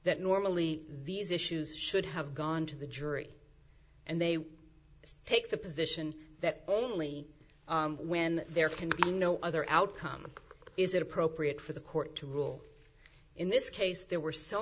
that normally these issues should have gone to the jury and they would take the position that only when there can be no other outcome is it appropriate for the court to rule in this case there were so